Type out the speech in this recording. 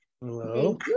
hello